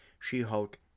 She-Hulk